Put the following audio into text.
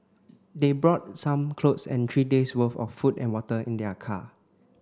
they brought some clothes and three days' worth of food and water in their car